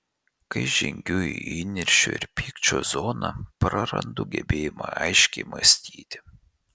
kai žengiu į įniršio ir pykčio zoną prarandu gebėjimą aiškiai mąstyti